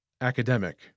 Academic